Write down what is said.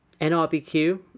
NRBQ